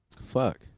Fuck